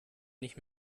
nicht